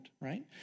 Right